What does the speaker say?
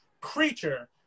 creature